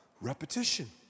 Repetition